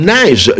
nice